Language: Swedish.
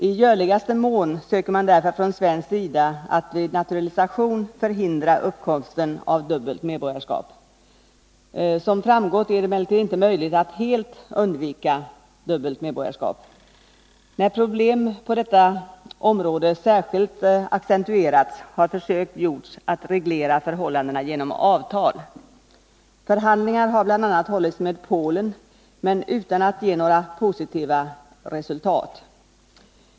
I görligaste mån söker man därför från svensk sida att vid naturalisation förhindra uppkomsten av dubbelt medborgarskap. Som framgått är det emellertid inte möjligt att helt undvika dubbelt medborgarskap. När problem på detta område särskilt accentuerats har försök gjorts att reglera förhållandena genom avtal. Förhandlingar har bl.a. hållits med Polen, men utan att några positiva resultat kunnat nås.